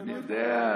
אני יודע,